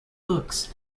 books